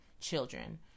children